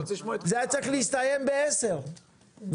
הוא היה צריך להסתיים בשעה 10 והארכנו